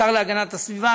השר להגנת הסביבה.